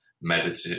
meditative